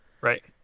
Right